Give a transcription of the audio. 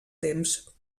temps